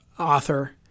author